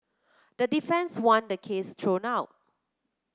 the defence want the case thrown out